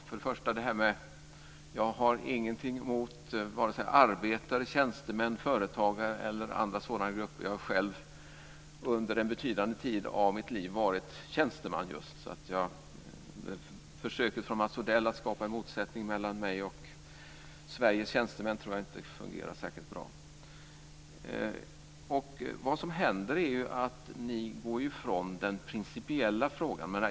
Fru talman! Först och främst har jag ingenting emot arbetare, tjänstemän, företagare eller andra sådana grupper. Jag har själv under en betydande tid av mitt liv varit just tjänsteman. Försöket från Mats Odell att skapa en motsättning mellan mig och Sveriges tjänstemän tror jag därför inte fungerar särskilt bra. Vad som händer är ju att ni går ifrån den principiella frågan.